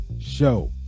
show